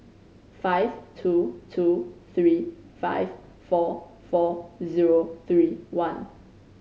five two two three five four four zero three one